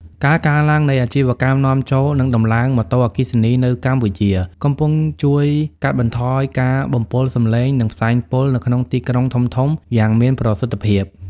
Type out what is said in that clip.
ការកើនឡើងនៃអាជីវកម្មនាំចូល និងដំឡើងម៉ូតូអគ្គិសនី នៅកម្ពុជា កំពុងជួយកាត់បន្ថយការបំពុលសម្លេង និងផ្សែងពុលនៅក្នុងទីក្រុងធំៗយ៉ាងមានប្រសិទ្ធភាព។